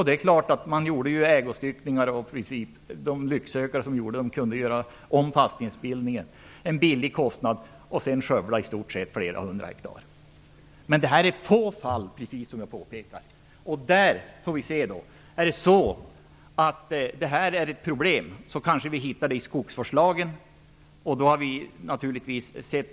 Det är klart att det gjordes ägostyckningar, och då kunde eventuella lycksökare göra om fastighetsbildningen till en billig kostnad och sedan skövla flera hundra hektar. Men, precis som jag påpekade, rör sig detta om få fall. Är det så att detta är ett problem kan det kanske lösas genom en ändring i skogsvårdslagen.